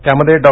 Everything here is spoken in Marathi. त्यामध्ये डॉ